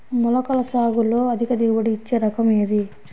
మొలకల సాగులో అధిక దిగుబడి ఇచ్చే రకం ఏది?